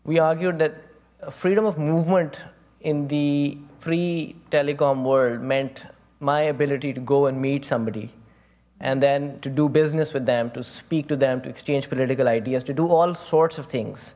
we argued that freedom of movement in the free telecom world meant my ability to go and meet somebody and then to do business with them to speak to them to exchange political ideas to do all sorts of things